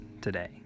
today